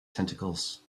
tentacles